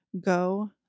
go